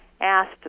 asked